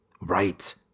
Right